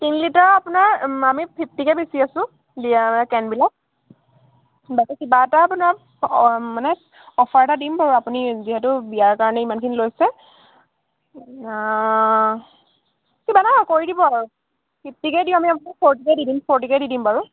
তিনিলিটাৰ আপোনাৰ আমি ফিফটিকৈ বেছি আছোঁ বিয়াৰৰ কেনবিলাক বাকী কিবা এটা আপোনাক অঁ মানে অফাৰ এটা দিম বাৰু আপুনি যিহেতু বিয়াৰ কাৰণে ইমানখিনি লৈছে কিবা এটা কৰি দিব আৰু ফিফটিকৈ দিওঁ আমি আপোনাক ফৰটিকৈ দি দিম ফৰটিকৈ দি দিম বাৰু